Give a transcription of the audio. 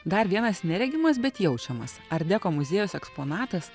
dar vienas neregimas bet jaučiamas art deko muziejaus eksponatas